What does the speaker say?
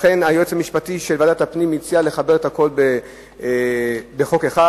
לכן היועץ המשפטי של ועדת הפנים הציע לחבר את הכול בחוק אחד.